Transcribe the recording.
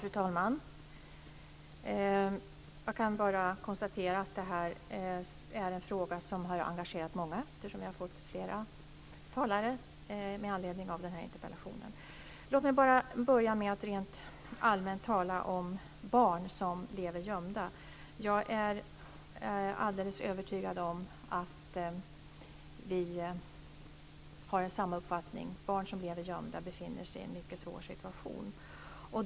Fru talman! Jag kan bara konstatera att det här är en fråga som har engagerat många, eftersom flera talare har gått upp med anledning av interpellationen. Låt mig bara börja med att rent allmänt tala om barn som lever gömda. Jag är helt övertygad om att vi har samma uppfattning: barn som lever gömda befinner sig i en mycket svår situation.